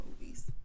movies